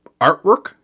artwork